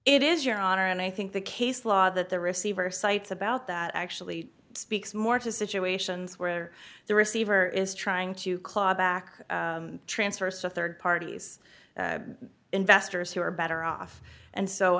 it is your honor and i think the case law that the receiver cites about that actually speaks more to situations where the receiver is trying to claw back transfers to rd parties investors who are better off and so